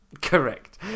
Correct